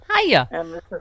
Hiya